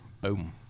Boom